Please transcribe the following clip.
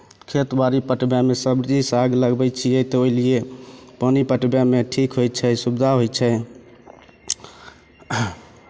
खेत बाड़ी पटबइमे सब्जी साग लगबइ छियै तऽ ओइ लिए पानि पटबइमे ठीक होइ छै सुविधा होइ छै